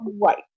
Right